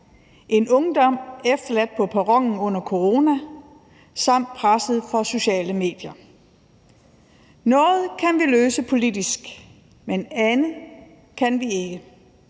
en ungdom efterladt på perronen under corona samt presset fra sociale medier. Noget kan vi løse politisk, men andet kan vi ikke.